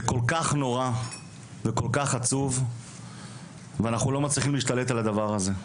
זה כל כך נורא ועצוב ואנחנו לא מצליחים להשתלט על הדבר הזה.